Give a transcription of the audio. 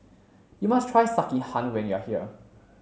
you must try Sekihan when you are here